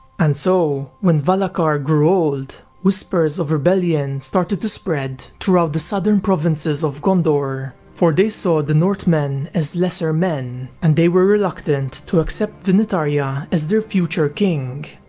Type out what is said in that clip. and so, when valacar grew old, whispers of rebellion started to spread throughout the southern provinces of gondor, for they saw northmen as lesser men, and they were reluctant to accept vinitharya as their future king,